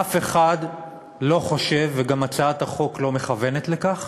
אף אחד לא חושב, וגם הצעת החוק לא מכוונת לכך,